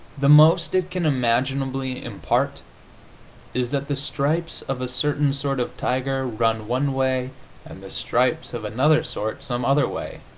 the most it can imaginably impart is that the stripes of a certain sort of tiger run one way and the stripes of another sort some other way,